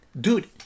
Dude